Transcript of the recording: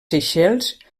seychelles